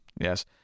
Yes